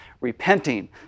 Repenting